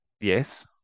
yes